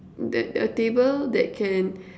the a table that can